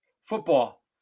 football